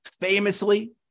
famously